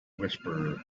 whisperer